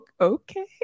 okay